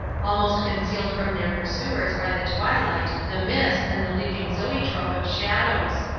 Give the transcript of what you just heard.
almost concealed from their pursuers by the twilight, the mist and the leaping zoetrope of shadows.